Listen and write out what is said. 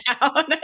down